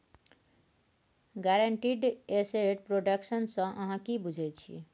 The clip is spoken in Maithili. गारंटीड एसेट प्रोडक्शन सँ अहाँ कि बुझै छी